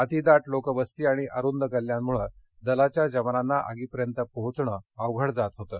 अतिदाट लोकवस्ती आणि अरुंद गल्ल्यांमुळं दलाच्या जवानांना आगीपर्यंत पोहोचणं अवघड जात होतं